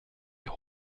hall